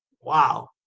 wow